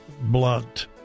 blunt